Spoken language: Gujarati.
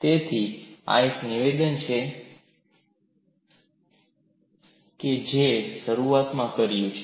તેથી આ એક નિવેદન છે જે મેં શરૂઆતમાં કર્યું છે